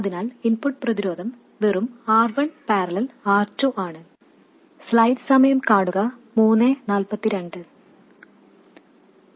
അതിനാൽ ഇൻപുട്ട് പ്രതിരോധം വെറും R1 || R2 ആണ്